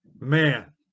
man